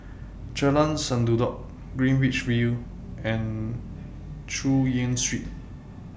Jalan Sendudok Greenwich V and Chu Yen Street